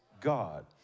God